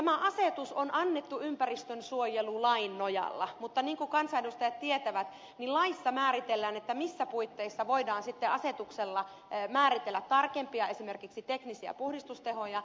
tämä asetus on annettu ympäristönsuojelulain nojalla mutta niin kuin kansanedustajat tietävät laissa määritellään missä puitteissa voidaan sitten asetuksella määritellä tarkempia esimerkiksi teknisiä puhdistustehoja